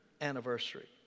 anniversary